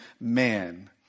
man